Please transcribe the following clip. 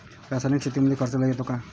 रासायनिक शेतीमंदी खर्च लई येतो का?